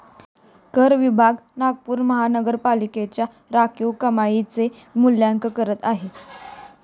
कर विभाग नागपूर महानगरपालिकेच्या राखीव कमाईचे मूल्यांकन करत आहे